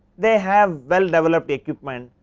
they have well developed equipment,